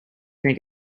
think